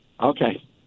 Okay